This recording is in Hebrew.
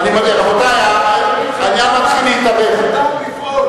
אני לא מסכים עם הדברים של "עדאלה",